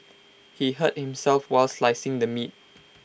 he hurt himself while slicing the meat